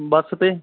ਬੱਸ 'ਤੇ